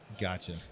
gotcha